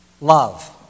love